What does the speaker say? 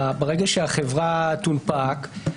ברגע שהחברה תונפק,